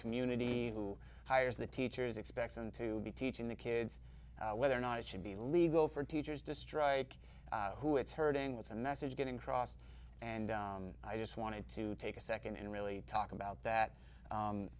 community who hires the teachers expects and to be teaching the kids whether or not it should be legal for teachers to strike who it's hurting with and message getting crossed and i just wanted to take a second and really talk about that